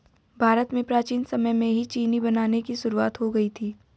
भारत में प्राचीन समय में ही चीनी बनाने की शुरुआत हो गयी थी